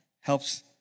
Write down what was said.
helps